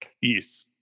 yes